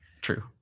true